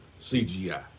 CGI